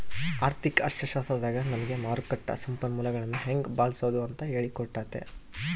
ಆರ್ಥಿಕ ಅರ್ಥಶಾಸ್ತ್ರದಾಗ ನಮಿಗೆ ಮಾರುಕಟ್ಟ ಸಂಪನ್ಮೂಲಗುಳ್ನ ಹೆಂಗೆ ಬಳ್ಸಾದು ಅಂತ ಹೇಳಿ ಕೊಟ್ತತೆ